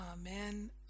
Amen